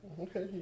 Okay